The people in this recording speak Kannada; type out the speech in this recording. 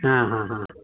ಹಾಂ ಹಾಂ ಹಾಂ